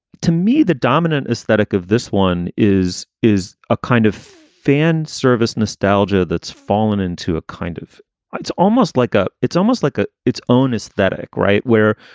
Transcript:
to me, the dominant aesthetic of this one is, is a kind of fan service nostalgia that's fallen into a kind of it's almost like a it's almost like ah its own aesthetic. right. where